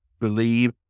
believe